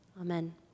Amen